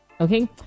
okay